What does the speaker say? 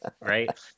right